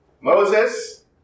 Moses